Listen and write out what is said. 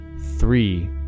Three